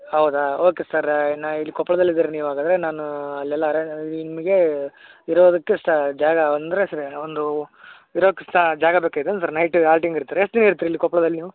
ಹೌದಾ okay sir ಇನ್ನು ಇಲ್ಲಿ ಕೊಪ್ಳದಲ್ಲಿ ಇದೀರಿ ನೀವು ಹಾಗಾದ್ರೆ ನಾನು ಅಲ್ಲೆಲ್ಲ ಅರೆ ನಿಮಗೆ ಇರೋದಕ್ಕೆ ಸ್ತಾ ಜಾಗ ಅಂದರೆ ಸರ ಒಂದು ಇರೋಕ್ಕೆ ಸ್ತಾ ಜಾಗ ಬೇಕಾಗಿತ್ತಲ್ ಸರ್ ನೈಟ್ ಆಲ್ಟಿಂಗ್ ಇರ್ತೀರಿ ಎಷ್ಟು ದಿನ ಇರ್ತೀರಿ ಇಲ್ಲಿ ಕೊಪ್ಳದಲ್ಲಿ ನೀವು